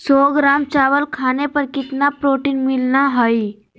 सौ ग्राम चावल खाने पर कितना प्रोटीन मिलना हैय?